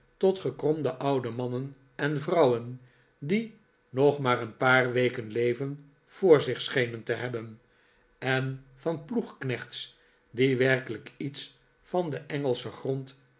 tot gekromde oude mannen en vrouwen die nog maar een paar weken leven voor zich schenen te hebben en van ploegknechts die werkelijk iets van den engelschen grond